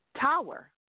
tower